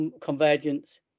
convergence